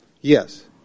yes